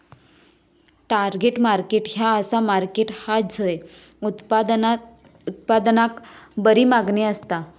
target market ह्या असा market हा झय उत्पादनाक बरी मागणी असता